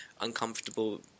uncomfortable